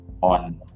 on